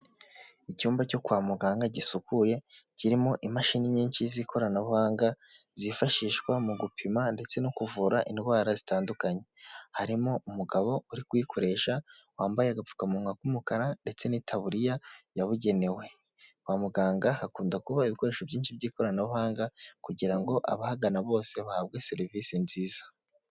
Icyumba cyo kwa muganga gisukuye kirimo imashini nyinshi z'ikoranabuhanga zifashishwa mu gupima ndetse no kuvura indwara zitandukanye, harimo umugabo uri kuyikoresha wambaye agapfukamunwa k'umukara ndetse n'itaburiya yabugenewe. Kwa muganga hakunda kuba ibikoresho byinshi by'ikoranabuhanga kugira ngo abahagana bose bahabwe serivisi nziza.